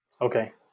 Okay